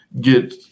get